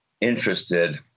interested